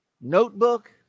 notebook